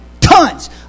tons